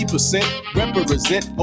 represent